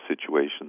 situation